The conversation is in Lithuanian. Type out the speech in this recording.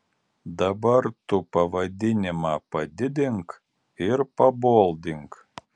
dabar tu pavadinimą padidink ir paboldink